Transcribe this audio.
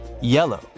yellow